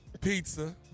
Pizza